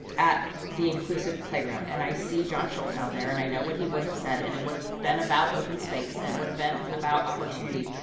at the inclusive playground. and i see john schultz out there, and i know what he would have said, and it would have been about open space, and it would have been about opportunity.